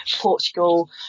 Portugal